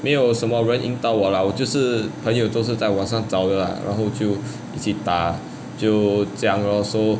没有什么人引导我啦我就是朋友都是在网上找的啦然后就一起打就这样咯:mei you shen me ren yin dao wo la wo jiu shi peng you dou shi zai wang shang zhao de la ran hou jiu yi qi da jiu zhe yang geo so